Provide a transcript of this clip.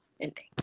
ending